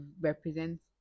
represents